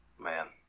man